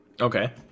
Okay